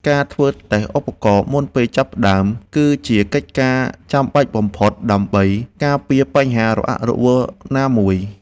ការធ្វើតេស្តឧបករណ៍មុនពេលចាប់ផ្ដើមគឺជាកិច្ចការចាំបាច់បំផុតដើម្បីការពារបញ្ហារអាក់រអួលណាមួយ។